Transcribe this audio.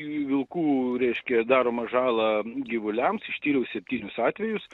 vilkų reiškia daromą žalą gyvuliams ištyriau septynis atvejus